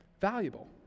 valuable